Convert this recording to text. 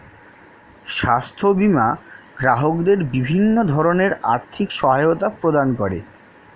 স্বাস্থ্য বীমা গ্রাহকদের বিভিন্ন ধরনের আর্থিক সহায়তা প্রদান করে